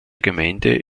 gemeinde